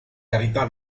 carità